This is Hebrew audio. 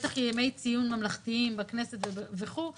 ובטח בימי ציון ממלכתיים בכנסת וכו',